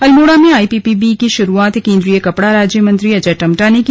अल्मोड़ा में आईपीपीबी की शुरुआत केन्द्रीय कपड़ा राज्य मंत्री अजय टम्टा ने की